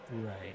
Right